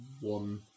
one